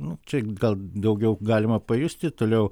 nu čia gal daugiau galima pajusti toliau